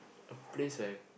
a place I